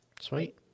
Sweet